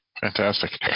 Fantastic